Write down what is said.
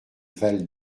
val